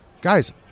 Guys